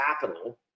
capital